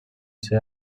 ser